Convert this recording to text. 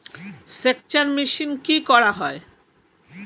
সেকচার মেশিন কি করা হয়?